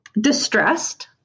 distressed